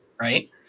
right